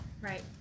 right